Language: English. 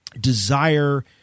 desire